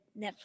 Netflix